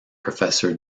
professor